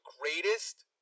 greatest